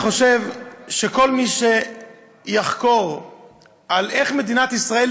אני חושב שכל מי שיחקור איך מדינת ישראל